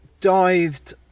dived